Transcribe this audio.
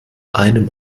einem